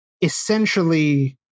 essentially